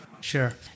sure